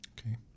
Okay